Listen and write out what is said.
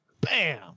Bam